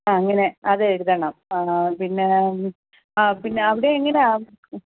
ആ അങ്ങനെ അത് എഴുതണം പിന്നെ ആ പിന്നെ അവിടെ എങ്ങനെയാണ്